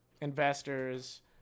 investors